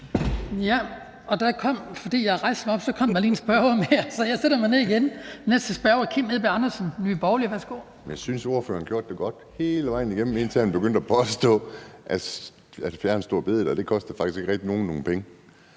Jeg synes, ordføreren gjorde det godt hele vejen igennem, indtil han begyndte at påstå, at det at fjerne store bededag faktisk ikke rigtig kostede